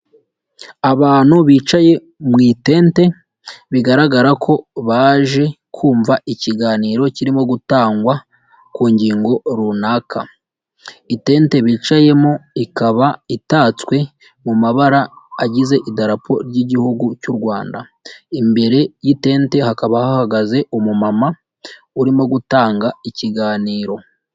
Abantu bicaye mu itente bigaragara ko baje kumva ikiganiro kirimo gutangwa ku ngingo runaka, itente bicayemo ikaba itatswe mu mabara agize idarapo ry'igihugu cy'u Rwanda. Imbere y'itente hakaba hahagaze umumama urimo gutanga ikiganiro.